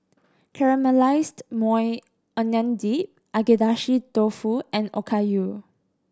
Caramelized Maui Onion Dip Agedashi Dofu and Okayu